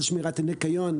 של שמירת הניקיון,